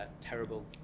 Terrible